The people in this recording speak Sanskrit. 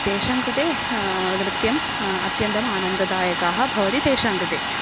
तेषां कृते नृत्यम् अत्यन्तम् आनन्ददायकाः भवति तेषां कृते